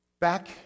Back